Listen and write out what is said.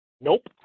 Nope